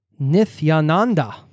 Nithyananda